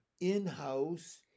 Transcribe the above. in-house